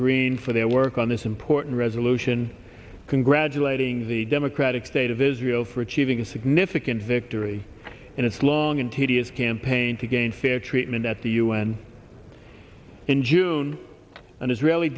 green for their work on this important resolution congratulating the democratic state of israel for achieving a significant victory in its long and tedious campaign to gain fair treatment at the u n in june an israeli